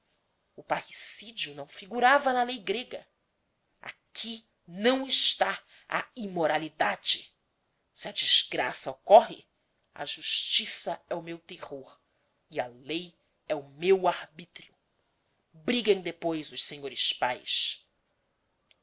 o parricídio não figurava na lei grega aqui não está a imoralidade se a desgraça ocorre a justiça é o meu terror e a lei é o meu arbítrio briguem depois os senhores pais